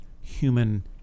human